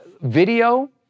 Video